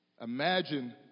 Imagine